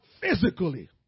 physically